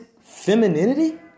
femininity